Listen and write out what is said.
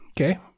Okay